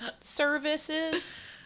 services